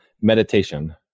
meditation